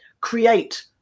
create